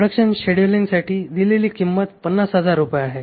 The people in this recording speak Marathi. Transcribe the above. प्रॉडक्शन शेड्यूलिंगची दिलेली किंमत किती 50000 रुपये आहे